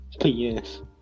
Yes